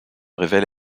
révèle